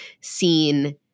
seen